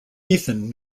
ethan